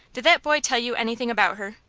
did that boy tell you anything about her?